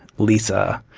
lisa,